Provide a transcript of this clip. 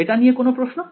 এটা নিয়ে কোন প্রশ্ন